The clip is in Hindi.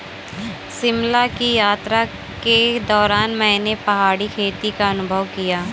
शिमला की यात्रा के दौरान मैंने पहाड़ी खेती का अनुभव किया